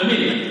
תמיד.